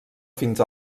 fins